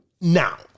now